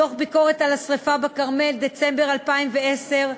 דוח ביקורת על השרפה בכרמל, דצמבר 2010,